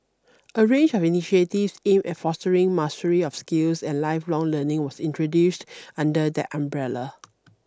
a range of initiatives aimed at fostering mastery of skills and lifelong learning was introduced under that umbrella